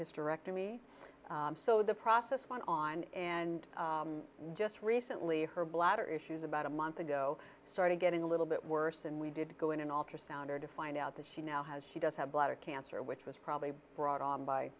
hysterectomy so the process went on and just recently her bladder issues about a month ago started getting a little bit worse and we did go in and alter sounder to find out that she now has she does have bladder cancer which was probably brought on by